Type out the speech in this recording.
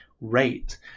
rate